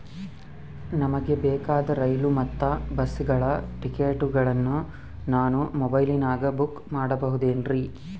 ನಮಗೆ ಬೇಕಾದ ರೈಲು ಮತ್ತ ಬಸ್ಸುಗಳ ಟಿಕೆಟುಗಳನ್ನ ನಾನು ಮೊಬೈಲಿನಾಗ ಬುಕ್ ಮಾಡಬಹುದೇನ್ರಿ?